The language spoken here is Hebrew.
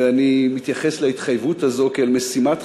ואני מתייחס להתחייבות הזאת כאל משימת חיים,